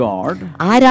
God